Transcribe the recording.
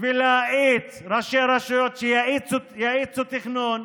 ולהאיץ שראשי רשויות יאיצו תכנון,